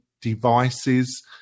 devices